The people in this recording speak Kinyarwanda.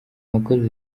yakoze